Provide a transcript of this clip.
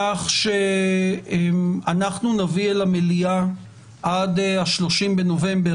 כך שנביא למליאה עד ה-30 בנובמבר,